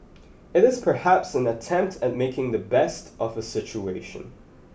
it is perhaps an attempt at making the best of a situation